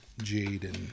Jaden